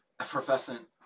effervescent